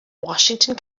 washington